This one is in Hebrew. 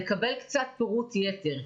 לקבל קצת פירוט יתר.